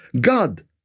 God